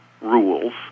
rules